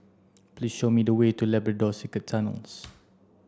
please show me the way to Labrador Secret Tunnels